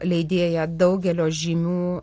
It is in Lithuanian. leidėja daugelio žymių